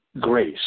grace